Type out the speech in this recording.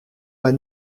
pas